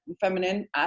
feminine